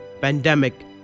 pandemic